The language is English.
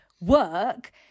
work